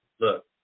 look